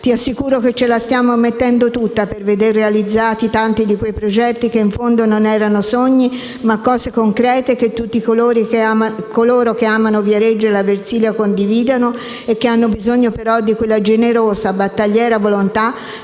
ti assicuro che ce la stiamo mettendo tutta per veder realizzati tanti di quei progetti che, in fondo, non erano sogni, ma cose concrete che tutti coloro che amano Viareggio e la Versilia condividono, i quali hanno però bisogno di quella generosa battagliera volontà